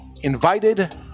Invited